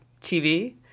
TV